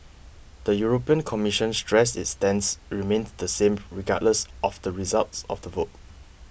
the European Commission stressed its stance remained the same regardless of the results of the vote